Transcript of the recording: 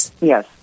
Yes